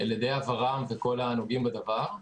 על ידי ור"מ וכל הנוגעים בדבר,